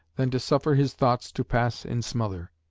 than to suffer his thoughts to pass in smother.